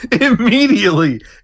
Immediately